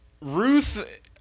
Ruth